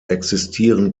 existieren